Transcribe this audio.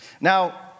Now